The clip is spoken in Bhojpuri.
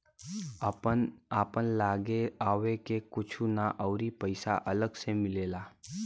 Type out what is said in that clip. आपन लागे आवे के कुछु ना अउरी पइसा अलग से मिलेला